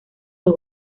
los